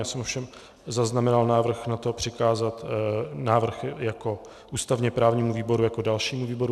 Já jsem ovšem zaznamenal návrh na to přikázat návrh ústavněprávnímu výboru jako dalšímu výboru.